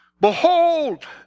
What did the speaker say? Behold